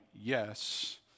yes